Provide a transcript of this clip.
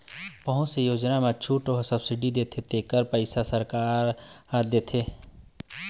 बहुत से योजना म छूट अउ सब्सिडी देथे तेखरो पइसा सरकार ह देथे